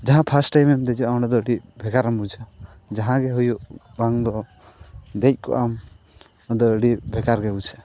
ᱡᱟᱦᱟᱸ ᱯᱷᱟᱥᱴ ᱴᱟᱭᱤᱢᱮᱢ ᱫᱮᱡᱚᱜᱼᱟ ᱚᱸᱰᱮ ᱫᱚ ᱟᱹᱰᱤ ᱵᱷᱮᱜᱟᱨᱮᱢ ᱵᱩᱡᱷᱟᱹᱣᱟ ᱡᱟᱦᱟᱸ ᱜᱮ ᱦᱩᱭᱩᱜ ᱵᱟᱝᱫᱚ ᱫᱮᱡ ᱠᱚᱜᱼᱟᱢ ᱟᱫᱚ ᱟᱹᱰᱤ ᱵᱷᱮᱜᱟᱨ ᱜᱮ ᱵᱩᱡᱷᱟᱹᱜᱼᱟ